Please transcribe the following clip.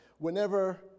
Whenever